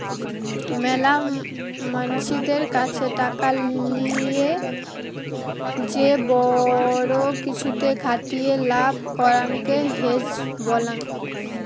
মেলা মানসিদের কাছে টাকা লিয়ে যে বড়ো কিছুতে খাটিয়ে লাভ করাঙকে হেজ বলাং